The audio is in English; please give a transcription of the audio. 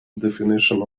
definition